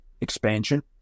expansion